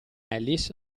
ellis